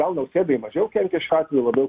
gal nausėdai mažiau kenkia šiuo atveju labiau